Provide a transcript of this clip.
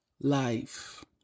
life